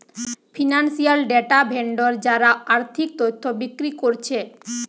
financial data vendor যারা আর্থিক তথ্য বিক্রি কোরছে